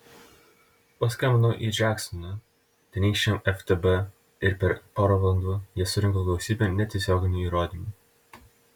paskambinau į džeksoną tenykščiam ftb ir per porą valandų jie surinko gausybę netiesioginių įrodymų